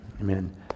Amen